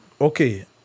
okay